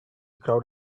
crowd